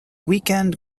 weekend